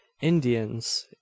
indians